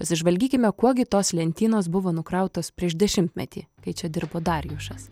pasižvalgykime kuo gi tos lentynos buvo nukrautos prieš dešimtmetį kai čia dirbo darjušas